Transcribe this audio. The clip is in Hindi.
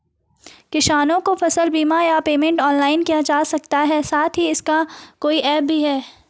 किसानों को फसल बीमा या पेमेंट ऑनलाइन किया जा सकता है साथ ही इसका कोई ऐप भी है?